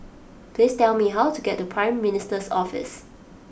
please tell me how to get to Prime Minister's Office